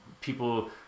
people